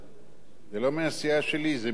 זה לא מהסיעה שלי, זה משמה.